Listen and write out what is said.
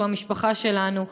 שהוא המשפחה שלנו,